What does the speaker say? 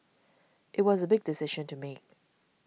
it was a big decision to make